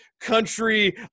country